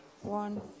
One